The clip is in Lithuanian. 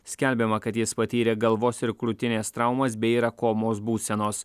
skelbiama kad jis patyrė galvos ir krūtinės traumas bei yra komos būsenos